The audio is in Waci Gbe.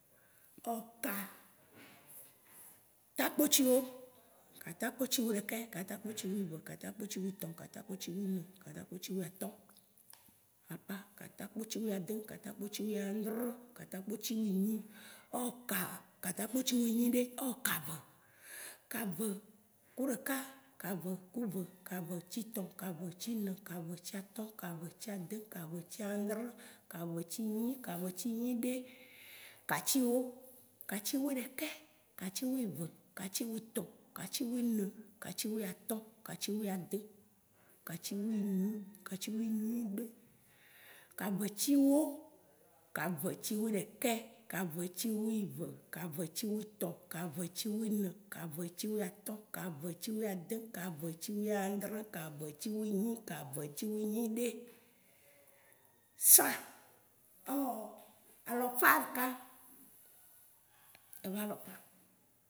eka, takpo tsi wó, katakpo tsiwo ɖeke,, katakpo tsi wo ve, katakpo tsi wo tɔ, katakpo tsi wo ne, katakpo tsi woatõ, ata- katakpo tsi woadẽ, katakpo tsi woãdrẽ, katakpo tsi wo nyi, ɔka, katakpo tsi wo nyiɖe, ɔka ve, kave ku ɖeka, kave ku ve, kave tsi tɔ, kave tsi ne, kave tsi atõ, tsi adẽ, kave tsi ãdrẽ, kave tsi nyi, kave tsi nyiɖe, katsi wo, katsi woɖekɛ, katsi wove, witɔ, katsi wine, katsi atõ, katsi wiadẽ, katsi wiãdrẽ, katsi winyi, katsi winyiɖe, kave tsi wo, kave tsi woɖeke, kave tsi woeve, kave tsi wotɔ, kave tsi wonye, kave tsi woatõ, kave tsi woadẽ, kave tsi woãdrẽ, kave tsi wonyi, kave tsi wonyi de 100 ewɔ alɔfa ɖeka ema lo.